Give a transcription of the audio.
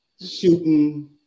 shooting